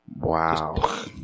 Wow